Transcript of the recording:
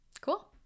Cool